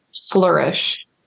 flourish